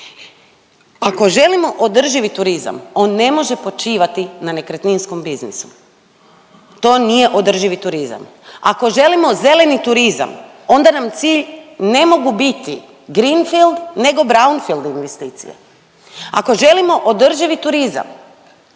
Ako želimo održivi turizam on ne može počivati na nekretninskom biznisu, to nije održivi turizam. Ako želimo zeleni turizam onda nam cilj ne mogu biti greenfield nego brandfield investicije. Ako želimo održivi turizam